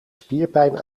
spierpijn